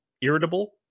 irritable